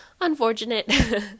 Unfortunate